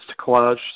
collage